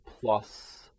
plus